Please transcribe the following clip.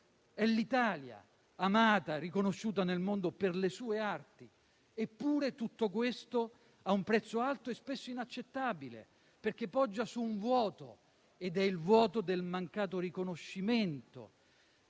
è l'Italia, amata e riconosciuta nel mondo per le sue arti. Eppure tutto ciò ha un prezzo alto e spesso inaccettabile, perché poggia sul vuoto del mancato riconoscimento